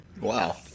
Wow